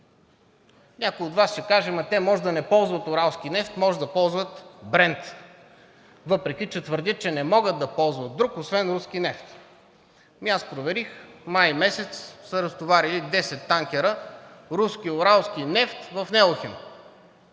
Някой от Вас ще каже: „Ама те може да не ползват уралски нефт, може да ползват Брент.“ Въпреки че твърдят, че не могат да ползват друг, освен руски нефт. Аз проверих, май месец са разтоварили 10 танкера руски уралски нефт в „Лукойл